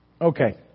Okay